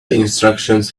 instructions